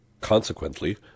Consequently